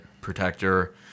protector